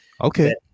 Okay